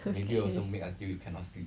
okay